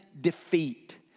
defeat